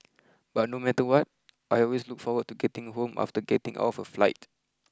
but no matter what I always look forward to getting home after getting off a flight